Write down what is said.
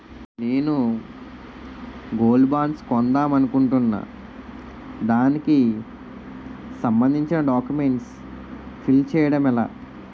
నేను gold bonds కొందాం అనుకుంటున్నా దానికి సంబందించిన డాక్యుమెంట్స్ ఫిల్ చేయడం ఎలా?